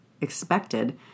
expected